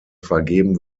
vergeben